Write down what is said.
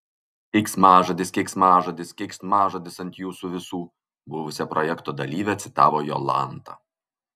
keiksmažodis keiksmažodis keiksmažodis ant jūsų visų buvusią projekto dalyvę citavo jolanta